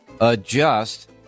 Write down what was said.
adjust